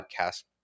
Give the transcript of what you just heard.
Podcast